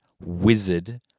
wizard